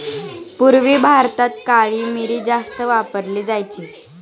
पूर्वी भारतात काळी मिरी जास्त वापरली जायची